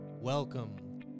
Welcome